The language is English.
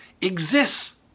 exists